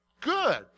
Good